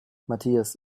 matthias